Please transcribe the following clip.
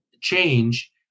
change